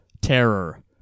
Terror